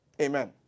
Amen